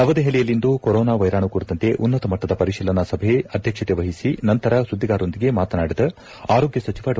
ನವದೆಹಲಿಯಲ್ಲಿಂದು ಕೊರೋನಾ ವೈರಾಣು ಕುರಿತಂತೆ ಉನ್ನತ ಮಟ್ಲದ ಪರಿಶೀಲನಾ ಸಭೆ ಅಧ್ಯಕ್ಷತೆ ವಹಿಸಿದ ನಂತರ ಸುದ್ವಿಗಾರರೊಂದಿಗೆ ಮಾತನಾಡಿದ ಆರೋಗ್ಯ ಸಚಿವ ಡಾ